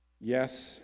yes